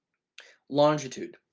longitude,